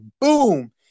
boom